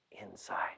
inside